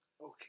okay